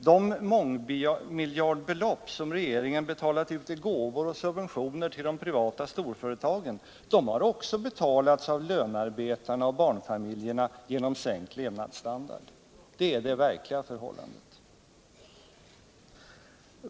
De mångmiljardbelopp som regeringen betalat ut i gåvor och subventioner till de privata storföretagen har också betalats av lönarbetarna och barnfamiljerna genom sänkt levnadsstandard. Det är det verkliga förhållandet.